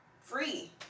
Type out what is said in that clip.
free